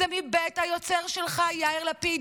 זה מבית היוצר שלך, יאיר לפיד.